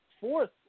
fourth